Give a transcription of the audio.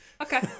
Okay